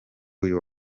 uyu